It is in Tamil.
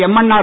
எம்என்ஆர்